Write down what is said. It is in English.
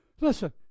Listen